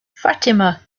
fatima